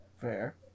Fair